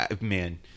man